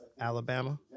Alabama